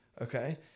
okay